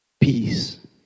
peace